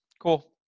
cool